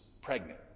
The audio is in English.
Pregnant